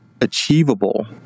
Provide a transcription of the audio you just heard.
achievable